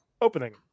opening